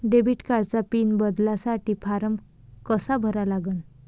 Debit कार्डचा PIN बदलासाठी form कसा भरा लागन?